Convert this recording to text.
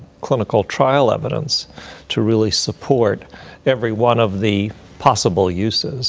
clinical-trial evidence to really support every one of the possible uses